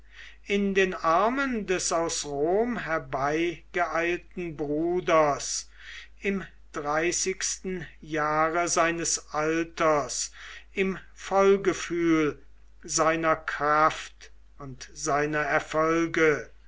in den armen des aus rom herbeigeeilten bruders im dreißigsten jahre seines alters im vollgefühl seiner kraft und seiner erfolge